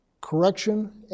correction